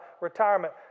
retirement